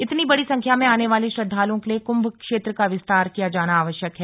इतनी बड़ी संख्या में आने वाले श्रद्वालुओं के लिए कुम्भ क्षेत्र का विस्तार किया जाना आवश्यक है